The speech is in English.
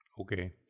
Okay